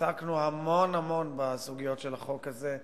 עסקנו המון המון בסוגיות של החוק הזה,